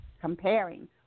comparing